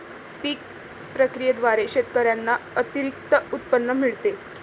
पीक प्रक्रियेद्वारे शेतकऱ्यांना अतिरिक्त उत्पन्न मिळते